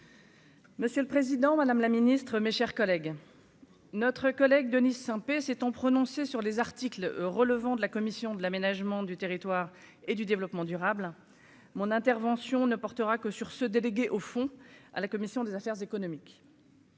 Monsieur le Président, Madame la Ministre, mes chers collègues, notre collègue Denise Saint-Pé s'étant prononcer sur les articles relevant de la commission de l'aménagement du territoire et du développement durable, mon intervention ne portera que sur ce délégué au fond à la commission des affaires économiques.